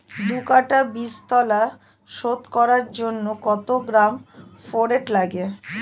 দু কাটা বীজতলা শোধন করার জন্য কত গ্রাম ফোরেট লাগে?